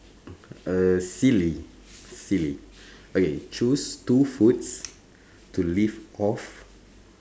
uh silly silly okay choose two foods to live off